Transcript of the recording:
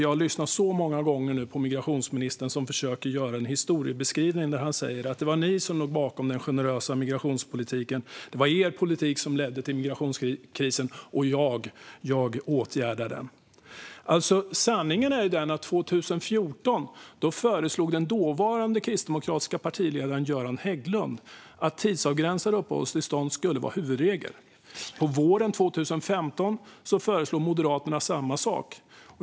Jag har lyssnat så mycket på migrationsministern, som försöker lägga fram en historieskrivning som går ut på att det var vi som låg bakom den generösa migrationspolitiken, att det var vår politik som ledde till migrationskrisen och att han åtgärdar den. Sanningen är den att 2014 föreslog den dåvarande kristdemokratiska partiledaren Göran Hägglund att tidsavgränsade uppehållstillstånd skulle vara huvudregel. På våren 2015 föreslog Moderaterna samma sak.